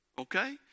Okay